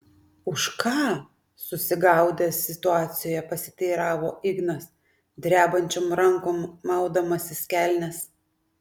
už ką susigaudęs situacijoje pasiteiravo ignas drebančiom rankom maudamasis kelnes